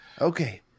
Okay